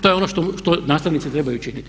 To je ono što nastavnici trebaju činiti.